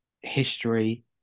history